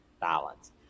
balance